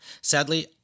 Sadly